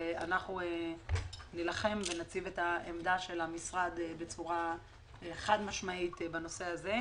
ואנחנו נילחם ונציב את העמדה של המשרד בצורה חד משמעית בנושא הזה.